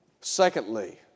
Secondly